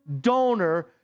donor